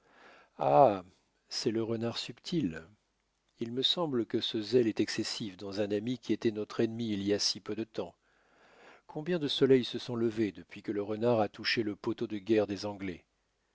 ah c'est le renard subtil il me semble que ce zèle est excessif dans un ami qui était notre ennemi il y a si peu de temps combien de soleils se sont levés depuis que le renard a touché le poteau de guerre des anglais